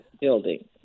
Building